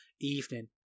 evening